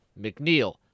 McNeil